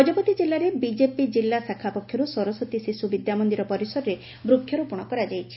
ଗଜପତି କିଲ୍ଲାରେ ବିଜେପି କିଲ୍ଲା ଶାଖା ପକ୍ଷରୁ ସରସ୍ୱତୀ ଶିଶୁ ବିଦ୍ୟାମନ୍ଦିର ପରିସରରେ ବୃଷରୋପଣ କରାଯାଇଛି